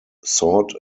sought